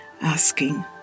asking